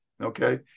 okay